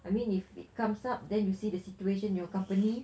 I mean if it comes up then you see the situation your company